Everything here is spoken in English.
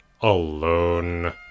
alone